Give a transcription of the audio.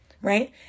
right